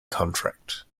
contract